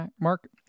Mark